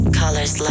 colors